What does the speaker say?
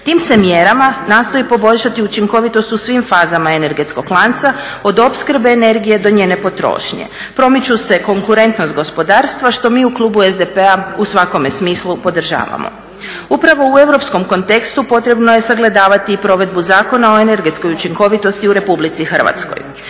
tim se mjerama nastoji poboljšati učinkovitost u svim fazama energetskog lanca od opskrbe energije do njene potrošnje, promiču se konkurentnost gospodarstva što mi u klubu SDP-a u svakome smislu podržavamo. Upravo u europskom kontekstu potrebno je sagledavati provedbu Zakona o energetska učinkovitosti u RH. smatramo